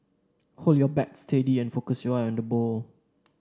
hold your bat steady and focus your eyes on the ball